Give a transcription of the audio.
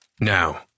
Now